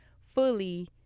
fully